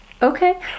Okay